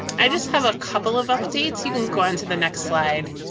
i just have a couple of updates. you can go on to the next slide.